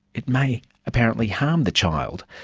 it may apparently harm the child.